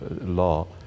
law